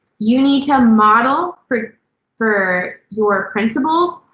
you need to model, for for your principals,